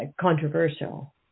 controversial